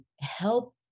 help